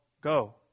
go